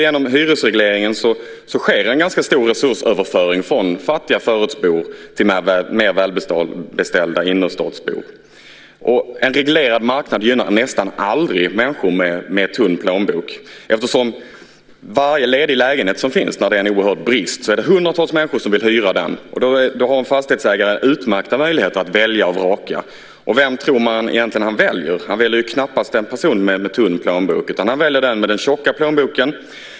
Genom hyresregleringen sker en ganska stor resursöverföring från fattiga förortsbor till mer välbeställda innerstadsbor. En reglerad marknad gynnar nästan aldrig människor med tunn plånbok. När det är en oerhörd brist är det hundratals människor som vill hyra varje ledig lägenhet som finns. Då har en fastighetsägare utmärkta möjligheter att välja och vraka. Vem tror man egentligen att han väljer? Han väljer knappast en person med tunn plånbok. Han väljer den med den tjocka plånboken.